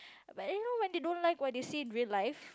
but you know when they don't like what they see in real life